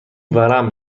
ورم